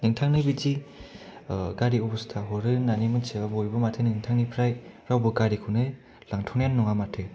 नोंथांनि बिदि गारि अबस्था हरो होन्नानै मिथिबा बयबो माथो नोंथांनिफ्राय रावबो गारिखौनो लांथनायानो नङा माथो